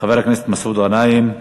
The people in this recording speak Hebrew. חבר הכנסת מסעוד גנאים,